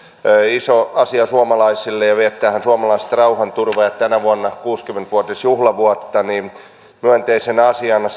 iso asia suomalaisille ja viettäväthän suomalaiset rauhanturvaajat tänä vuonna kuusikymmentä vuotisjuhlavuotta myönteisenä asiana